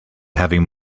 having